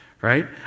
Right